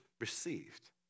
received